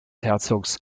herzogs